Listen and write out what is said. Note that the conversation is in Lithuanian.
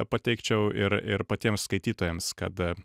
pateikčiau ir ir patiems skaitytojams kad